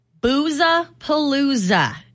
Boozapalooza